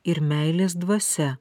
ir meilės dvasia